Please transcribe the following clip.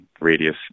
radius